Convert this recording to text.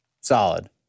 Solid